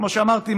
כמו שאמרתי,